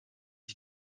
ich